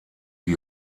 die